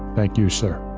thank you, sir.